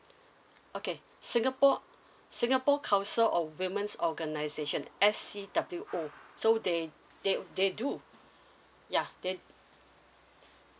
okay singapore uh singapore counsel a women's organization as c w grew so they they they do ya then